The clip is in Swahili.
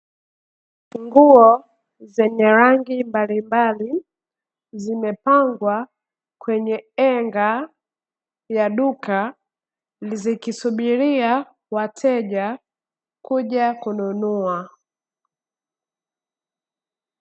Nguo zenye rangi mbalimbali zimepangwa kwenye enga ya duka, zikisubiri wateja kuja kununua.